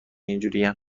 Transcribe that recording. اینجورین